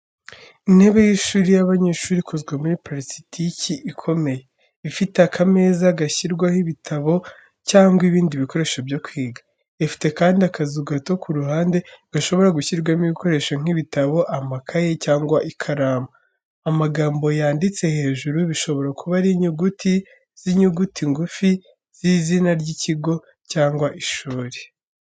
Intebe y’ishuri y’abanyeshuri ikozwe muri parasitiki ikomeye, ifite akameza gashyirwaho ibitabo cyangwa ibindi bikoresho byo kwiga. Ifite kandi akazu gato ku ruhande gashobora gushyirwamo ibikoresho nk’ibitabo, amakaye cyangwa ikaramu. Amagambo yanditse hejuru bishobora kuba ari inyuguti z’inyuguti ngufi z’izina ry’ikigo cyangwa ishuri.